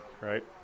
right